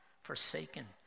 forsaken